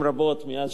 מאז שהוא היה בכנסת,